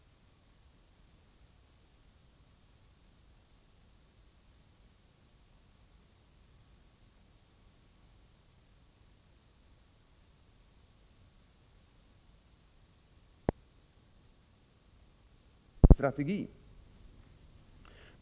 Annat beror på devalveringarna, och en del beror på att regeringen på viktiga områden faktiskt har övergivit oppositionstidens löften och valrörelsens strategi.